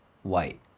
White